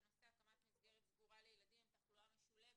בנשוא הקמת מסגרת סגורה לילדים עם תחלואה משולבת.